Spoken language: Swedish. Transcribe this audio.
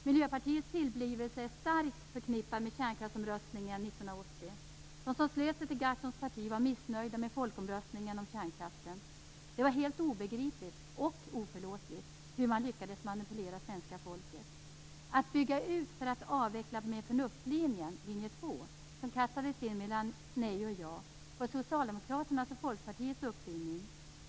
Miljöpartiets tillblivelse är starkt förknippad med kärnkraftsomröstningen 1980. De som slöt sig till Gahrtons parti var missnöjda med folkomröstningen om kärnkraften. Det var helt obegripligt och oförlåtligt hur man lyckades manipulera svenska folket. "Att bygga ut för att avveckla med förnuft"-linjen, linje 2, som kastades in mellan nej och ja var socialdemokraternas och Folkpartiets uppfinning.